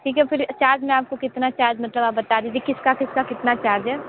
ठीक है फिर चार्ज में आपको कितना चार्ज मतलब बता दीजिये किसका कितना कितना चार्ज है